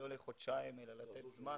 לא לחודשיים אלא לתת זמן.